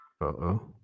Uh-oh